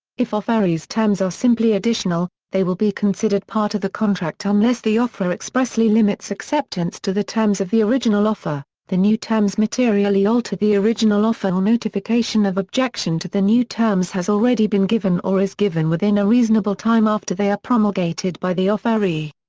if offeree's terms are simply additional, they will be considered part of the contract unless the offeror expressly limits acceptance to the terms of the original offer, the new terms materially alter the original offer or notification of objection to the new terms has already been given or is given within a reasonable time after they are promulgated by the offeree.